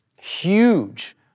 huge